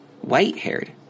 white-haired